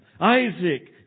Isaac